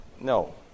No